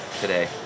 today